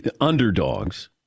underdogs